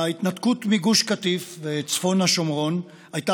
ההתנתקות מגוש קטיף וצפון השומרון הייתה